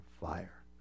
fire